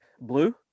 blue